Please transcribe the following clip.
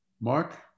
Mark